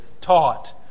taught